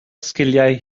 sgiliau